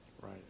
right